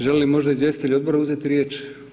Žele li možda izvjestitelji odbora uzeti riječ?